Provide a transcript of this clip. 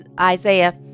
Isaiah